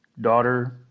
daughter